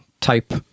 type